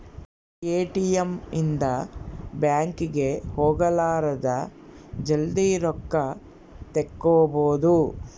ATM ಇಂದ bank ಗೆ ಹೋಗಲಾರದ ಜಲ್ದೀ ರೊಕ್ಕ ತೆಕ್ಕೊಬೋದು